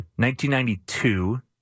1992